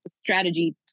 strategy